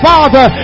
Father